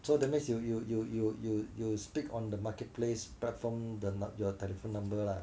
so that makes you you you you you you speak on the marketplace platform the num~ your telephone number lah